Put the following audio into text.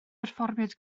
berfformiad